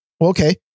Okay